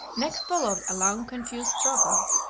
next followed a long confused struggle,